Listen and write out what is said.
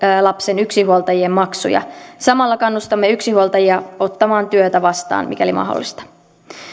lapsen yksinhuoltajien maksuja samalla kannustamme yksinhuoltajia ottamaan työtä vastaan mikäli mahdollista